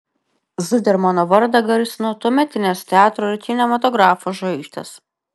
zudermano vardą garsino tuometinės teatro ir kinematografo žvaigždės